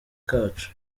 kacu